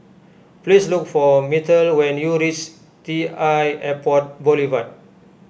please look for Myrtle when you reach T l Airport Boulevard